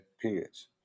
periods